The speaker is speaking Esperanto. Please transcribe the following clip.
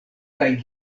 kaj